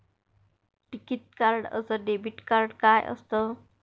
टिकीत कार्ड अस debit card काय असत?